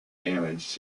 damage